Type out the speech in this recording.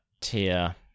tier